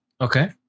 Okay